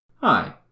Hi